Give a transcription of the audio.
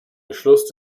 beschluss